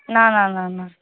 না না না না